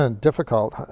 difficult